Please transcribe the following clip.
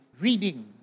reading